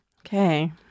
Okay